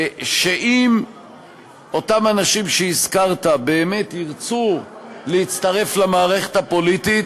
שאם אותם אנשים שהזכרת באמת ירצו להצטרף למערכת הפוליטית,